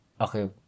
Okay